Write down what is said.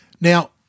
Now